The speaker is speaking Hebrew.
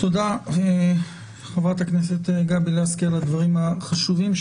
תודה, חברת הכנסת גבי לסקי על הדברים החשובים.